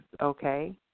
Okay